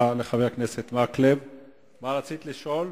אופן, החוק בעיקרו מגדיר לשון הרע: